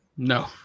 No